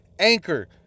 Anchor